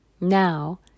Now